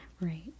right